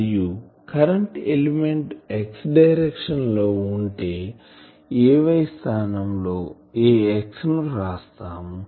మరియు current element X direction లో ఉంటే Ay స్థానము లోAx ని వ్రాస్తాము